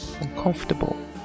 uncomfortable